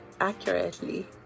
accurately